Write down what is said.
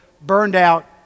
burned-out